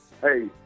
hey